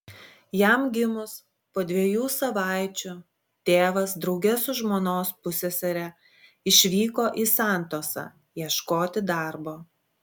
jam gimus po dviejų savaičių tėvas drauge su žmonos pussesere išvyko į santosą ieškoti darbo